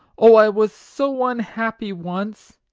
oh, i was so unhappy once!